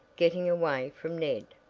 getting away from ned,